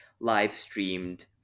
live-streamed